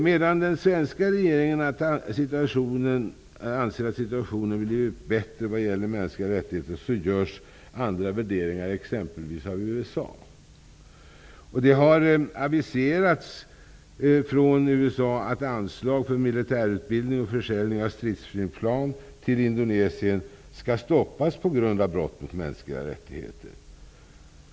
Medan den svenska regeringen anser att situationen är bättre vad gäller mänskliga rättigheter, görs andra värderingar exempelvis av USA. Från USA har aviserats att anslag för militärutbildning och försäljning av stridsflygplan till Indonesien skall stoppas på grund av brott mot mänskliga rättigheter.